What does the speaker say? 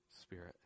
Spirit